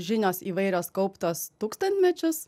žinios įvairios kauptos tūkstantmečius